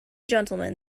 gentlemen